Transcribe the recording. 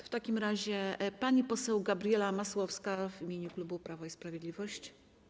W takim razie pani poseł Gabriela Masłowska w imieniu klubu Prawo i Sprawiedliwość.